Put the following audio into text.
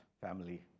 family